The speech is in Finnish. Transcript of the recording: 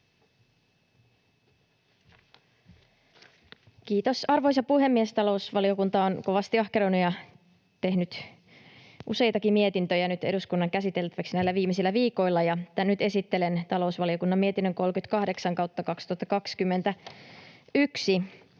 Kiitos, arvoisa puhemies! Talousvaliokunta on kovasti ahkeroinut ja tehnyt useitakin mietintöjä nyt eduskunnan käsiteltäväksi näillä viimeisillä viikoilla. Nyt esittelen talousvaliokunnan mietinnön 38/2021.